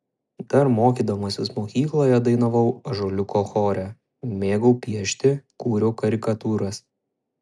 dar mokydamasis mokykloje dainavau ąžuoliuko chore mėgau piešti kūriau karikatūras